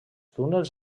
túnels